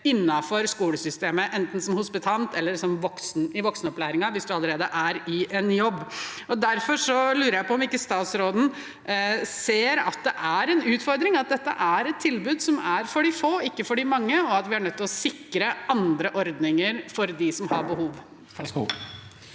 innenfor skolesystemet, enten som hospitant eller som voksen i voksenopplæringen, hvis du allerede er i en jobb. Derfor lurer jeg på om ikke statsråden ser at det er en utfordring at dette er et tilbud som er for de få, ikke for de mange, og at vi er nødt til å sikre andre ordninger for de som har behov.